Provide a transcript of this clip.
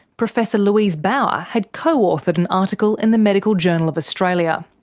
professor louise baur had co-authored an article in the medical journal of australia.